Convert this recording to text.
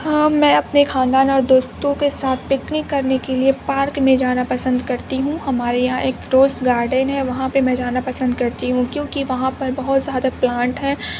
ہاں میں اپنے خاندان اور دوستوں کے ساتھ پکنک کرنے کے لیے پارک میں جانا پسند کرتی ہوں ہمارے یہاں ایک روز گارڈن ہے وہاں پہ میں جانا پسند کرتی ہوں کیوں کہ وہاں پر بہت زیادہ پلانٹ ہے